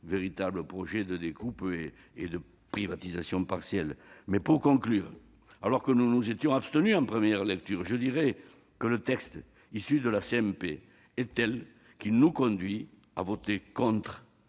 véritable projet de découpe et de privatisation partielle. Pour conclure, alors que nous nous étions abstenus en première lecture, le texte issu des travaux de la CMP est tel qu'il nous conduit à voter contre,